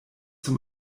zum